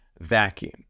vacuum